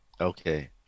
okay